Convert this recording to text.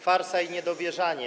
Farsa i niedowierzanie.